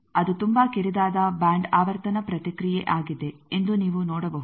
ಅದು ತುಂಬಾ ಕಿರಿದಾದ ಬ್ಯಾಂಡ್ ಆವರ್ತನ ಪ್ರತಿಕ್ರಿಯೆ ಆಗಿದೆ ಎಂದು ನೀವು ನೋಡಬಹುದು